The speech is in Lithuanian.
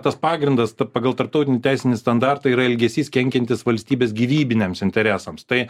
tas pagrindas pagal tarptautinį teisinį standartą yra elgesys kenkiantis valstybės gyvybiniams interesams tai